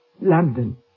London